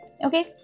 Okay